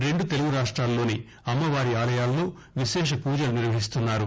రెండు తెలుగు రాష్ట్రాలలోని అమ్మవారి ఆలయాలలో విశేష పూజలునిర్వహిస్తున్నారు